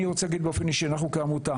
אני רוצה להגיד באופן אישי שאנחנו כעמותה